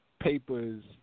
Papers